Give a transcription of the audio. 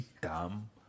dumb